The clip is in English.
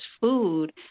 food